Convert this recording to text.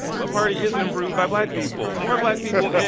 what party isn't improved by black people? more black people in,